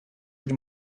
bir